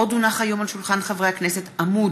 בעמ'